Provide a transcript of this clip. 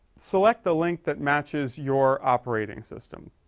select the link that matches your operating system